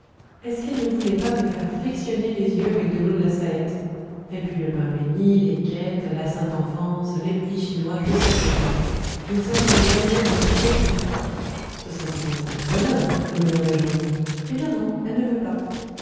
est-ce qu'elle ne voulait pas me faire frictionner les yeux avec l'eau de la salette et puis le pain bénit les quêtes la sainte enfance les petits chinois que sais-je encore nous sommes dans les bonnes œuvres jusqu'au cou ce serait cependant une bonne œuvre de me lire mes journaux eh bien non elle ne veut pas